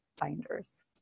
binders